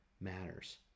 matters